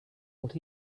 what